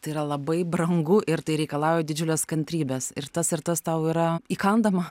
tai yra labai brangu ir tai reikalauja didžiulės kantrybės ir tas ir tas tau yra įkandama